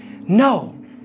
No